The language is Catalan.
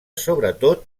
sobretot